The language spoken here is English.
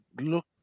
look